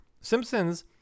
Simpsons